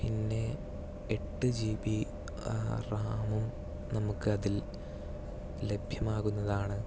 പിന്നെ എട്ട് G B റാമും നമുക്കതിൽ ലഭ്യമാകുന്നതാണ്